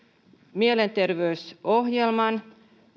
mielenterveysohjelman